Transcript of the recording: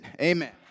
Amen